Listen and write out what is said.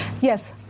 Yes